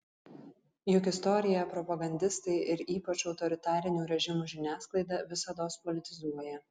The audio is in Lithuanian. juk istoriją propagandistai ir ypač autoritarinių režimų žiniasklaida visados politizuoja